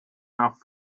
nach